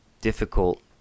difficult